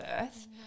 birth